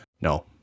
No